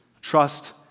Trust